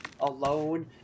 alone